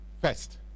first